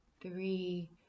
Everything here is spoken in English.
three